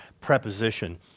preposition